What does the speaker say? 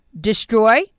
destroy